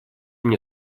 мне